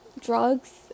drugs